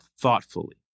thoughtfully